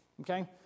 Okay